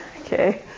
Okay